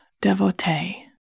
Devotee